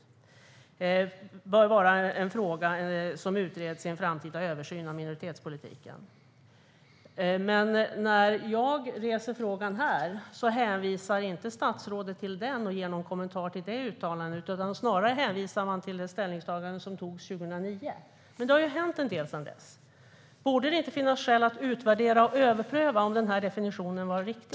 Man sa att det bör vara en fråga som utreds i en framtida översyn av minoritetspolitiken. När jag väcker frågan här hänvisar dock statsrådet inte till detta betänkande, och hon ger ingen kommentar till det uttalandet. Snarare hänvisar hon till ett ställningstagande som gjordes 2009. Men det har ju hänt en del sedan dess. Borde det inte finnas skäl att utvärdera och överpröva om definitionen var riktig?